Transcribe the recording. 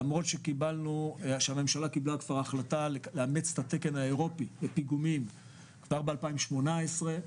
למרות שהממשלה קבלה החלטה לאמץ את התקן האירופי לפיגומים כבר ב-2018,